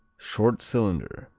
short cylinder,